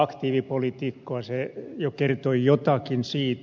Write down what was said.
se jo kertoi jotakin siitä